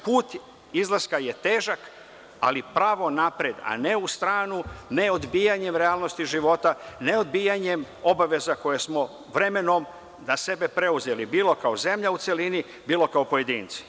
Put izlaska je težak, ali pravo napred, a ne u stranu, ne odbijanje realnosti života, ne odbijanjem obaveza koje smo vremenom na sebe preuzeli, bilo kao zemlja u celini, bilo kao pojedinci.